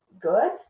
good